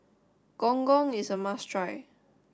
Gong Gong is a must try